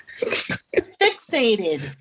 fixated